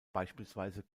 beispielsweise